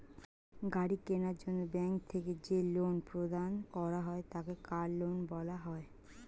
গাড়ি কেনার জন্য ব্যাঙ্ক থেকে যে লোন প্রদান করা হয় তাকে কার লোন বলা হয়